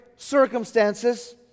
circumstances